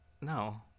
No